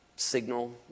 Signal